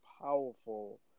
powerful